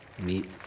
Meet